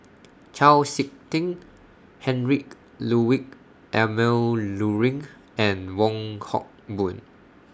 Chau Sik Ting Heinrich Ludwig Emil Luering and Wong Hock Boon